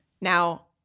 Now